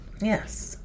Yes